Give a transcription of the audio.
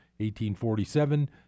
1847